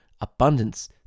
Abundance